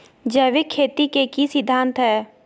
जैविक खेती के की सिद्धांत हैय?